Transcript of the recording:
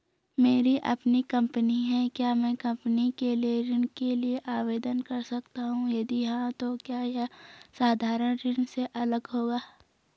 मेरी अपनी कंपनी है क्या मैं कंपनी के लिए ऋण के लिए आवेदन कर सकता हूँ यदि हाँ तो क्या यह साधारण ऋण से अलग होगा?